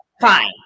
fine